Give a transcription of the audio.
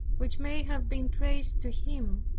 which may have been traced to him,